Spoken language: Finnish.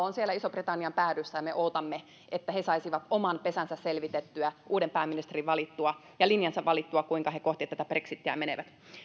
on siellä ison britannian päädyssä ja me odotamme että he saisivat oman pesänsä selvitettyä uuden pääministerin valittua ja valittua sen linjansa kuinka he kohti tätä brexitiä menevät